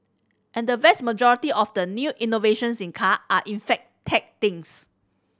and the vast majority of the new innovations in car are in fact tech things